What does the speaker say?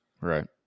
Right